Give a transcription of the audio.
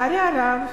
לצערי הרב,